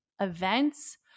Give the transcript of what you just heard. events